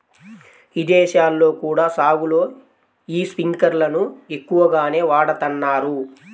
ఇదేశాల్లో కూడా సాగులో యీ స్పింకర్లను ఎక్కువగానే వాడతన్నారు